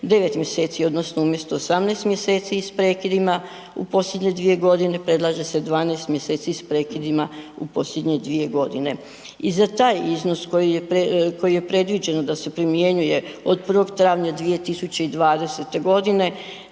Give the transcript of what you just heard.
9 mjeseci odnosno umjesto 18 mjeseci i s prekidima u posljednje 2 godine predlaže se 12 mjeseci s prekidima u posljednje 2 godine. I za taj iznos koji je predviđeno da se primjenjuje od 1. travnja 2020. godine